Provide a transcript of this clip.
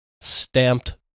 stamped